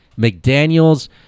McDaniels